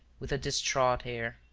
with a distraught air.